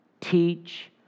Teach